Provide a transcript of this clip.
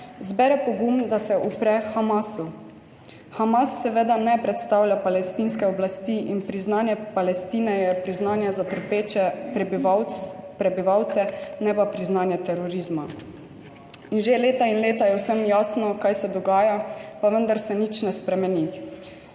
zbere pogum, da se upre Hamasu? Hamas seveda ne predstavlja palestinske oblasti in priznanje Palestine je priznanje za trpeče prebivalce, ne pa priznanje terorizma. In že leta in leta je vsem jasno, kaj se dogaja, pa vendar se nič ne spremeni.